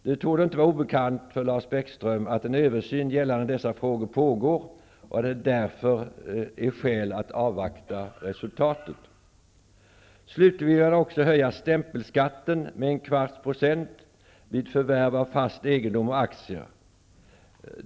Det torde inte vara obekant för Lars Bäckström att en översyn gällande dessa frågor pågår och att det därför finns skäl att avvakta resultatet. Slutligen vill Vänsterpartiet också höja stämpelskatten med en kvarts procent vid förvärv av fast egendom och aktier.